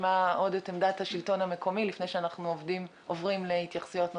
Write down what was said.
נשמע את עמדת השלטון המקומי לפני שאנחנו עוברים להתייחסויות נוספות.